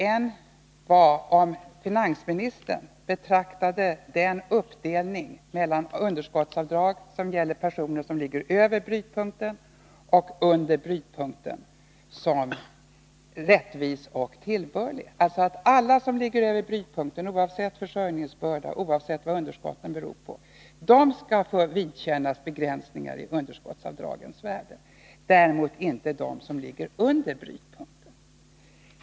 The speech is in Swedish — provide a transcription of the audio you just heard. Jag frågade om finansministern betraktade den uppdelning mellan underskottsavdrag som gäller personer som ligger över brytpunkten eller under brytpunkten som rättvis och tillbörlig — alltså att alla som ligger över brytpunkten, oavsett försörjningsbörda och oavsett vad underskotten beror på, skulle få vidkännas begränsningar i underskottsavdragens värde, däremot inte de som ligger under brytpunkten.